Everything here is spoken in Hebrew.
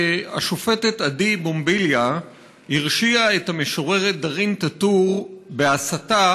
השופטת עדי במביליה הרשיעה את המשוררת דארין טאטור בהסתה